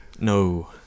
No